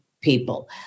people